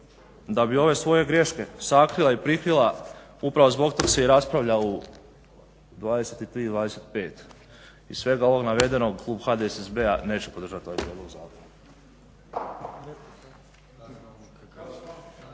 da bi ove svoje greške sakrila i prikrila upravo zbog toga se i raspravlja u 23,25 sati. Iz svega ovog navedenog klub HDSSB-a neće podržati ovaj prijedlog zakona.